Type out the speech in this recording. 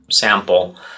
sample